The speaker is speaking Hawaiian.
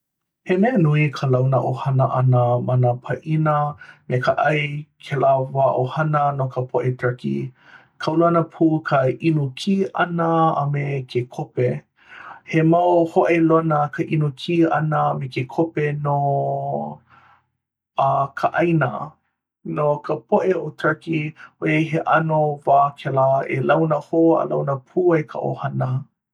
he mea nui ka launa ʻohana ʻana ma nā pāʻina me ka ʻai kēlā wā ʻohana no ka poʻe ʻo turkey kaulana pū ka ʻinu kī ʻana a me ke kope he mau hōʻailona ka ʻinu kī ʻana a me ke kope no a ka ʻāina no ka poʻe ʻo turkey ʻoiai he ʻano wā kēlā e launa hou a launa pū ai ka ʻohana.